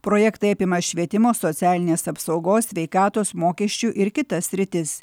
projektai apima švietimo socialinės apsaugos sveikatos mokesčių ir kitas sritis